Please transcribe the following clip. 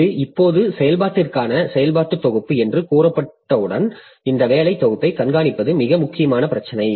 இது இப்போது செயல்பாட்டிற்கான செயல்பாட்டுத் தொகுப்பு என்று கூறப்பட்டவுடன் இந்த வேலை தொகுப்பை கண்காணிப்பது மிக முக்கியமான பிரச்சினை